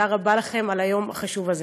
תודה רבה לכם על היום החשוב הזה.